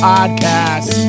Podcast